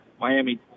Miami –